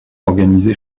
organisé